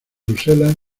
bruselas